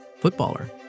footballer